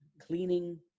cleaning